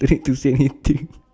don't need to say anything